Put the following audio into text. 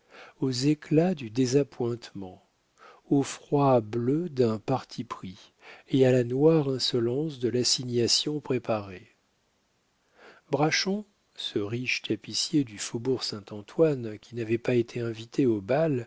aux éclats du désappointement au froid bleu d'un parti pris et à la noire insolence de l'assignation préparée braschon ce riche tapissier du faubourg saint-antoine qui n'avait pas été invité au bal